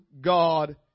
God